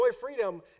freedom